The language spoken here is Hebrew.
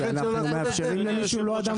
כי אנחנו מאפשרים למי שהוא לא אדם